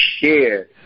share